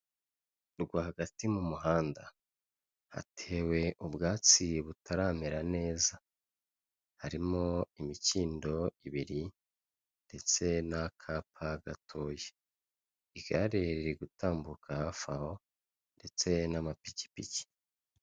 Rwagati mu muhanda hatewe ubwatsi butaramera neza, harimo imikindo ibiri ndetse n'akapa gatoya igare riri gutambuka hafi aho ndetse n'amapikipiki.